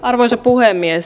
arvoisa puhemies